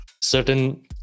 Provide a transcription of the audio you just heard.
certain